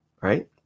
Right